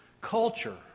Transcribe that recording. culture